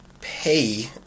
pay